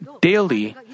daily